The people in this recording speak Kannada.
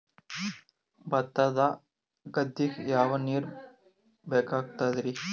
ಭತ್ತ ಗದ್ದಿಗ ಯಾವ ನೀರ್ ಬೇಕಾಗತದರೀ?